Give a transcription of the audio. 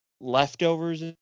leftovers